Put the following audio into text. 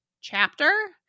chapter